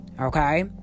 Okay